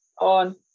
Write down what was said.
on